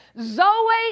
Zoe